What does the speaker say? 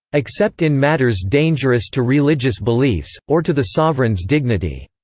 except in matters dangerous to religious beliefs, or to the sovereign's dignity.